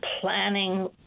planning